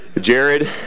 Jared